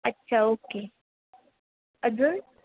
अच्छा ओके अजून